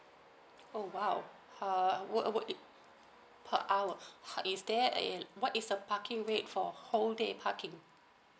oh !wow! uh what what per hour is there what is the parking rates for whole day parking